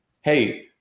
hey